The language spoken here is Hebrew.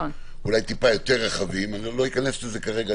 אולי טיפה יותר רחבים אני לא אכנס לזה כרגע,